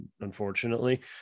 Unfortunately